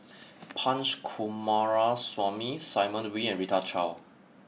Punch Coomaraswamy Simon Wee and Rita Chao